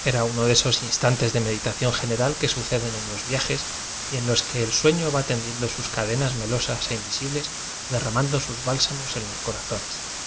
era uno de esos ins tantes de meditación general que suceden en los viajes y en los que el sueño va ten diendo sus cadenas melosas e invisibles de rramando sus bálsamos en los corazones